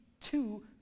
two